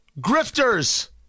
grifters